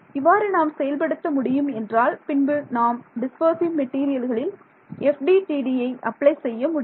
இவ்வாறு நாம் செயல்படுத்த முடியும் என்றால் பின்பு நாம் டிஸ்பர்சிவ் மெட்டீரியல்களில் FDTDயை அப்ளை செய்ய முடியும்